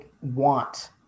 want